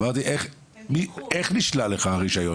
אמרתי, איך נשלל לך הרישיון?